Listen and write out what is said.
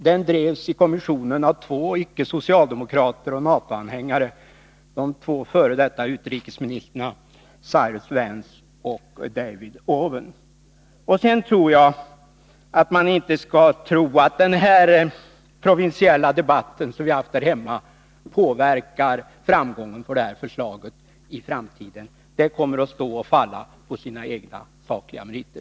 Den drevs i kommissionen av två ickesocialdemokrater och NATO-anhängare, de två f. d. utrikesministrarna Cyrus Vance och David Owen. Man skall nog inte tro att den provinsiella debatt som vi har haft här hemma påverkar framgången för detta förslag i framtiden. Förslaget kommer att stå och falla med sina egna sakliga meriter.